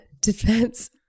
defense